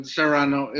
Serrano